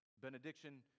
Benediction